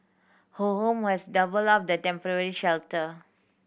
her home has doubled up the temporary shelter